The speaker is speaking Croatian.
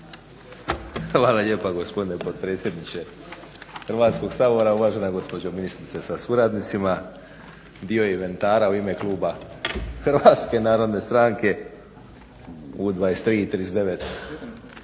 Hvala lijepa gospodine potpredsjedniče Hrvatskog sabora. Uvažena gospođo ministrice sa suradnicima. Dio inventara u ime kluba HNS-a u 23,39